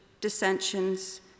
dissensions